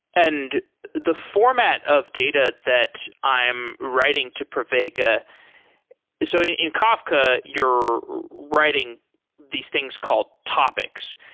and the format of data that i'm writing to pravega so in in kafka, you're writing these things called topics.